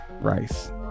Rice